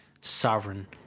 Sovereign